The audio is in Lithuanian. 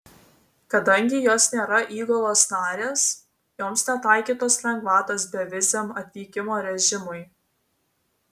kadangi jos nėra įgulos narės joms netaikytos lengvatos beviziam atvykimo režimui